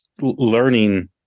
learning